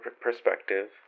perspective